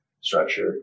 structure